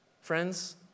Friends